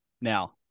now